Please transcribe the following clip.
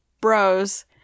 bros